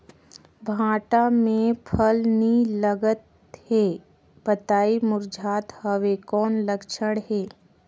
भांटा मे फल नी लागत हे पतई मुरझात हवय कौन लक्षण हे?